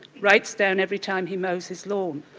writes down every time he mows his lawn.